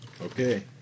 Okay